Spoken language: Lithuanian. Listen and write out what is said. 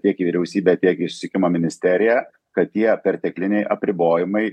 tiek į vyriausybę tiek į susisiekimo ministeriją kad tie pertekliniai apribojimai